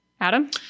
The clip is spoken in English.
Adam